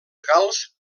gals